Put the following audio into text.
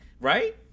Right